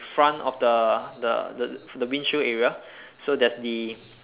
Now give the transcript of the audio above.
front of the the the windshield area so there's the